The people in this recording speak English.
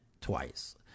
twice